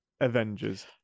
Avengers